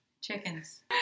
Chickens